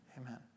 amen